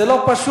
זה לא פשוט,